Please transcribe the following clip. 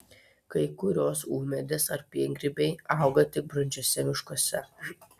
kai kurios ūmėdės ar piengrybiai auga tik brandžiuose miškuose